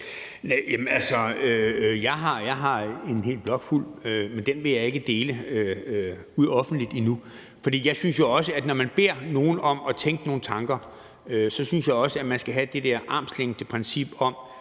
Jeg har en hel blok fuld. Men den vil jeg ikke dele ud offentligt endnu. Når man beder nogen om at tænke nogle tanker, synes jeg også, at man skal have det der armslængdeprincip og